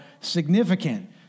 significant